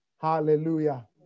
Hallelujah